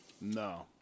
No